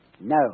No